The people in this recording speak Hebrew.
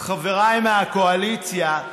חבריי מהקואליציה,